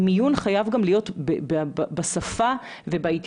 מיון גם חייב להיות בשפה ובהתייחסות